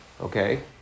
Okay